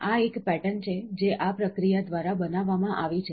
આ એક પેટર્ન છે જે આ પ્રક્રિયા દ્વારા બનાવવામાં આવી છે